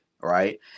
right